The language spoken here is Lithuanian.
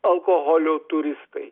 alkoholio turistai